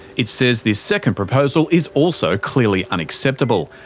it says this second proposal is also clearly unacceptable,